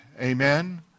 Amen